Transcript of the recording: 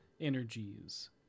energies